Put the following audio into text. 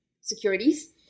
securities